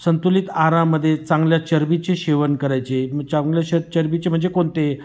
संतुलित आहारामध्ये चांगल्या चरबीचे सेवन करायचे मग चांगल्या श चरबीचे म्हणजे कोणते